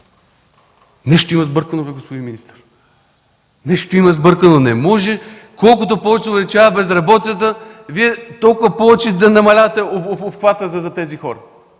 Нещо има сбъркано, господин министър! Нещо има сбъркано! Не може колкото повече се увеличава безработицата, толкова повече Вие да намалявате обхвата за тези хора.